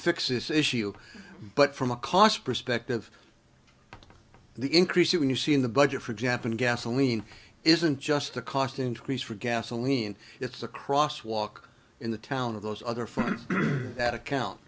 fix this issue but from a cost perspective the increase and you see in the budget for japanese gasoline isn't just the cost increase for gasoline it's across walk in the town of those other fronts that account